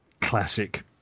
classic